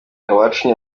iwacu